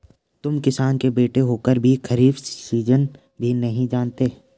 तुम किसान के बेटे होकर भी खरीफ सीजन भी नहीं जानते